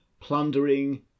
plundering